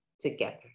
together